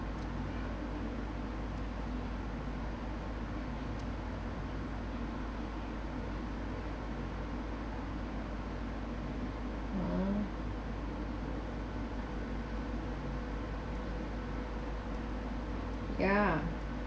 mm yeah